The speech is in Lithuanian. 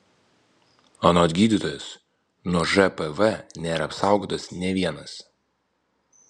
anot gydytojos nuo žpv nėra apsaugotas nė vienas